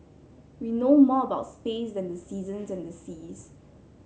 we know more about space than the seasons and the seas